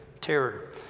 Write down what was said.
terror